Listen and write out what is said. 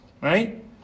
right